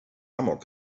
amok